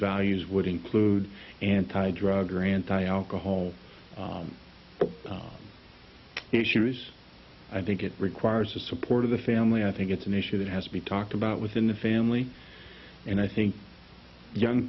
values would include anti drug or anti alcohol issues i think it requires the support of the family i think it's an issue that has to be talked about within the family and i think young